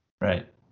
Right